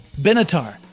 Benatar